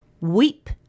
Weep